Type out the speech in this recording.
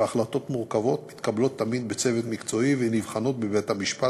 והחלטות מורכבות מתקבלות תמיד בצוות מקצועי ונבחנות בבית-המשפט,